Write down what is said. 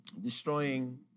destroying